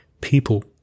people